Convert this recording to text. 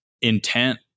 intent